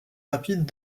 rapides